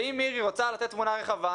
ואם מירי רוצה לתת תמונה רחבה,